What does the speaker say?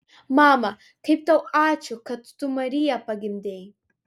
mama kaip tau ačiū kad tu mariją pagimdei